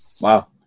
Wow